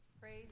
Praise